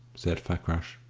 said fakrash.